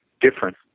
different